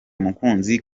mukunzi